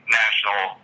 national